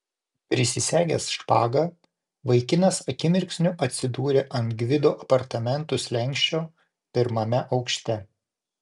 prisisegęs špagą vaikinas akimirksniu atsidūrė ant gvido apartamentų slenksčio pirmame aukšte